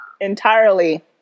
entirely